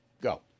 Go